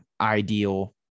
ideal